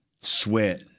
Sweat